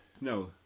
no